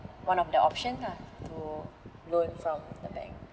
one of the option lah to loan from the bank